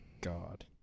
god